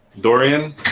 Dorian